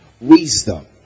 Wisdom